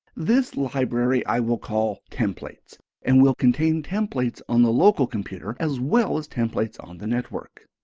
this library i will call templates and will contain templates on the local computer as well as templates on the network.